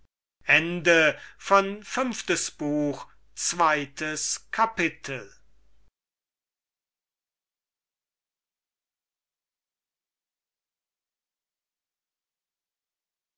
fünftes buch erstes kapitel